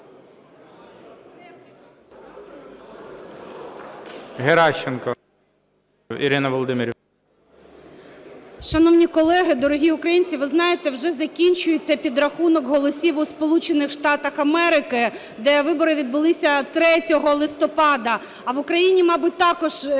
Геращенко Ірина Володимирівна.